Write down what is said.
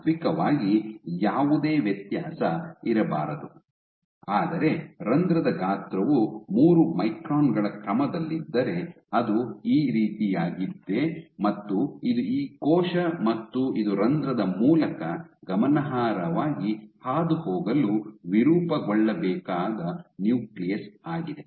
ತಾತ್ತ್ವಿಕವಾಗಿ ಯಾವುದೇ ವ್ಯತ್ಯಾಸ ಇರಬಾರದು ಆದರೆ ರಂಧ್ರದ ಗಾತ್ರವು ಮೂರು ಮೈಕ್ರಾನ್ ಗಳ ಕ್ರಮದಲ್ಲಿದ್ದರೆ ಅದು ಈ ರೀತಿಯದ್ದಾಗಿದೆ ಇದು ಕೋಶ ಮತ್ತು ಇದು ರಂಧ್ರದ ಮೂಲಕ ಗಮನಾರ್ಹವಾಗಿ ಹಾದುಹೋಗಲು ವಿರೂಪಗೊಳ್ಳಬೇಕಾದ ನ್ಯೂಕ್ಲಿಯಸ್ ಆಗಿದೆ